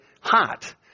hot